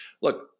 look